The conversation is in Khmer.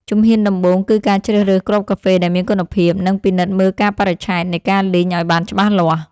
ជំហានដំបូង គឺការជ្រើសរើសគ្រាប់កាហ្វេដែលមានគុណភាព និងពិនិត្យមើលកាលបរិច្ឆេទនៃការលីងឱ្យបានច្បាស់លាស់។